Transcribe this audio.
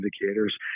indicators